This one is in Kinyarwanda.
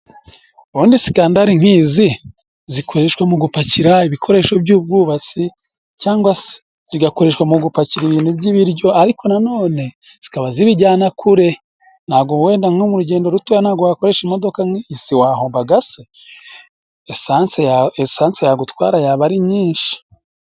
ubundi sikandari nk'izi zikoreshwa mu gupakira ibikoresho by'ubwubatsi cyangwa se zigakoreshwa mu gupakira ibintu by'ibiryo, ariko na none zikaba zibijyana kure. Ntago wenda nko mu rugendo rutoya ntabwo wakoresha imodoka nk'izi. Siwahombaga se? Esanse yagutwara yaba ari nyinshi.